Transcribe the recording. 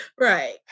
Right